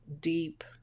deep